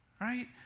Right